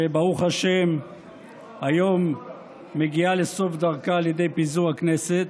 שברוך השם היום מגיעה לסוף דרכה על ידי פיזור הכנסת,